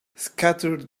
scattered